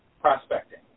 prospecting